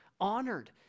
honored